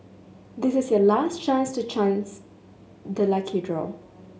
this is your last chance to chance the lucky draw